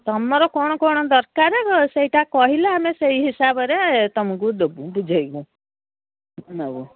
ତମର କ'ଣ କ'ଣ ଦରକାର ସେଇଟା କହିଲେ ଆମେ ସେଇ ହିସାବରେ ତମକୁ ଦେବୁ ବୁଝେଇବୁ ନେବୁ